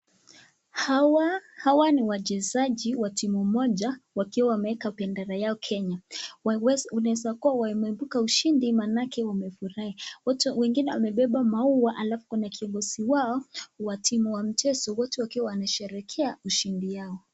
Hawa hawa ni wachezaji wa timu moja wakiwa wameeka bendera yao Kenya. Inaweza kuwa wameebuka ushindi manake wamefurahi. Wote wengine wamebeba maua alafu kuna kiongozi wao wa timu wa mchezo wote wakiwa wanasherehekea ushindi yao.